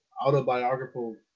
autobiographical